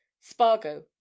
Spargo